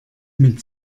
mit